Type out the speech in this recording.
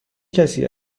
کسی